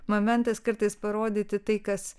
momentas kartais parodyti tai kas